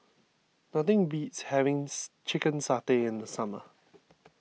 nothing beats having Chicken Satay in the summer